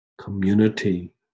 community